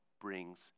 brings